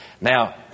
Now